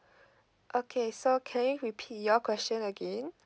okay so can you repeat your question again